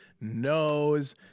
knows